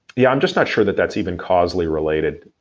yeah, i'm just not sure that that's even causely related.